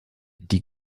die